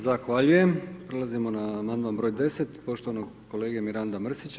Zahvaljujem prelazimo na Amandman broj 10. poštovanog kolege Miranda Mrsića.